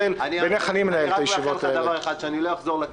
הקביעה שלי היא שיש ראיות לכאורה לחוסר תום לב,